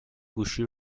گوشی